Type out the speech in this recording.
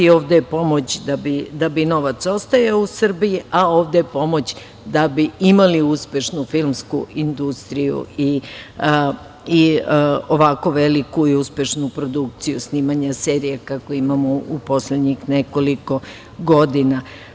Ovde je pomoć da bi novac ostajao u Srbiji, a ovde je pomoć da bi imali uspešnu filmsku industriju i ovako veliku i uspešnu produkciju snimanja serija, kakvu imamo u poslednjih nekoliko godina.